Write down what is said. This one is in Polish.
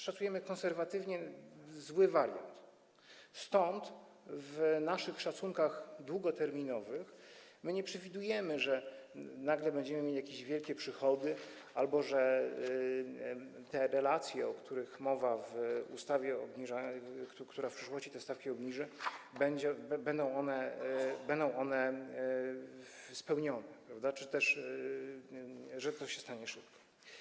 Szacujemy konserwatywnie zły wariant, stąd w naszych szacunkach długoterminowych nie przewidujemy, że nagle będziemy mieli jakieś wielkie przychody albo że te relacje, o których mowa w ustawie, która w przyszłości te stawki obniży, będą spełnione czy też że to się stanie szybko.